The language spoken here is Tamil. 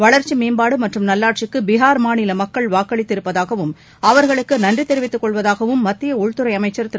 வளர்ச்சி மேம்பாடு மற்றும் நல்வாட்சிக்கு பிகார் மாநில மக்கள் வாக்களித்திருப்பதாகவும் அவர்களுக்கு நன்றி தெரிவித்துக் கொள்வதாகவும் மத்திய உள்துறை அமைச்சர் திரு